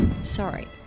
Sorry